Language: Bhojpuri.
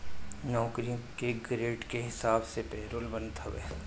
नौकरी के ग्रेड के हिसाब से पेरोल बनत हवे